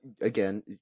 again